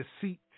deceit